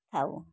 ଥାଉ